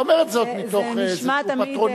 אני לא אומר את זאת מתוך איזשהו פטרוניזם.